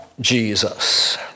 Jesus